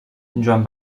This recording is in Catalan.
joan